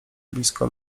blisko